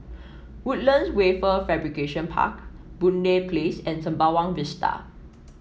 Woodlands Wafer Fabrication Park Boon Lay Place and Sembawang Vista